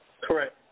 Correct